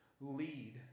lead